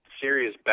serious